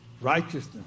righteousness